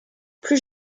plus